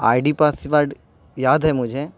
آئی D password یاد ہے مجھے